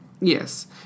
Yes